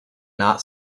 not